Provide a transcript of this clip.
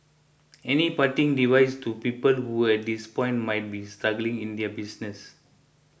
any parting device to people who at this point might be struggling in their business